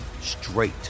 straight